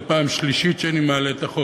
שזו פעם שלישית שאני מעלה את החוק.